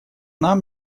нам